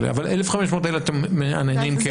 ה-1,500 האלה, אתם מהנהנים 'כן'?